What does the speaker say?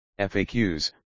FAQs